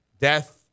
death